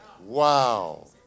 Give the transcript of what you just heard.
Wow